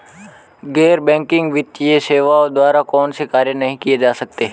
गैर बैंकिंग वित्तीय सेवाओं द्वारा कौनसे कार्य नहीं किए जा सकते हैं?